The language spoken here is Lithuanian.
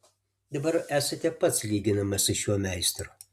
dabar esate pats lyginamas su šiuo meistru